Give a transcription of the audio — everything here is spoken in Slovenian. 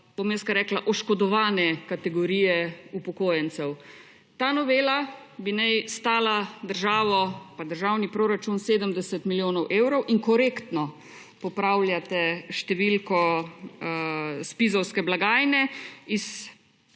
bom kar rekla, oškodovane kategorije upokojencev. Ta novela naj bi stala državo pa državni proračun 70 milijonov evrov in korektno popravljate številko blagajne